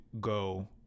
go